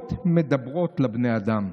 הקירות מדברים אל בני האדם,